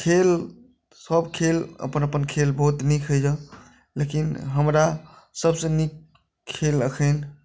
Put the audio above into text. खेल सब खेल अपन अपन बहुत खेल नीक होइया लेकिन हमरा सबसँ नीक खेल अखन